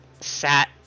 sat